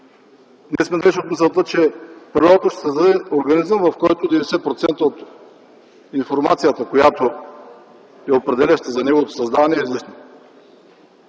Далеч сме от мисълта, че природата ще създаде организъм, в който 90% от информацията, определяща за неговото създаване, е излишна.